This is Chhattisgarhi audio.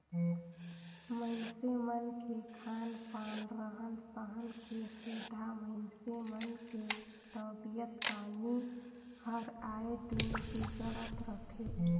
मइनसे मन के खान पान, रहन सहन के सेंधा मइनसे मन के तबियत पानी हर आय दिन बिगड़त रथे